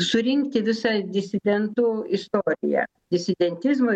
surinkti visą disidentų istoriją disidentizmo